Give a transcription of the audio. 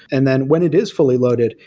and then when it is fully loaded,